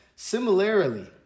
Similarly